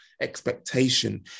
expectation